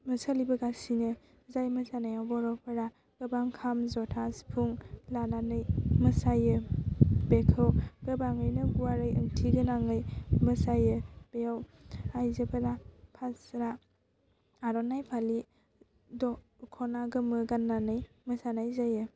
सोलिबोगासिनो जाय मोसानायाव बर'फोरा गोबां खाम ज'था सिफुं लानानै मोसायो बेखौ गोबाङैनो गुवारै ओंथि गोनाङै मोसायो बेव आइजोफोरा फास्रा आर'नाइ फालि दख'ना गोमो गान्नानै मोसानाय जायो